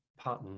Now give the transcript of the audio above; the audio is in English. pattern